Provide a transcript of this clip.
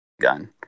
gun